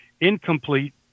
incomplete